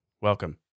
Welcome